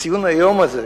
ציון היום הזה,